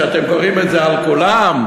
איך שאתם קוראים לזה, על כולם,